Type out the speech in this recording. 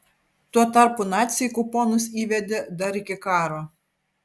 tuo tarpu naciai kuponus įvedė dar iki karo